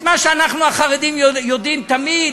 את מה שאנחנו החרדים יודעים תמיד,